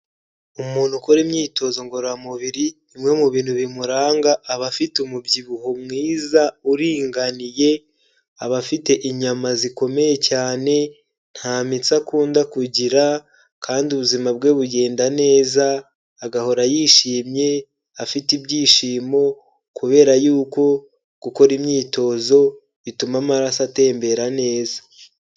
Umuntu ukora imyitozo ngororamubiri, bimwe mu bintu bimuranga aba afite umubyibuho mwiza uringaniye, abafite inyama zikomeye cyane, nta mitsi akunda kugira kandi ubuzima bwe bugenda neza, agahora yishimye, afite ibyishimo kubera yuko gukora imyitozo bituma amaraso atembera neza.